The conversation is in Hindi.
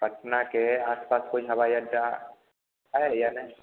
पटना के आसपास कोई हवाई अड्डा है या नहीं